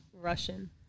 russian